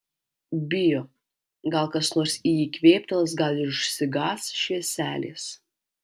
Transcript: bijo gal kas nors į jį kvėptels gal išsigąs švieselės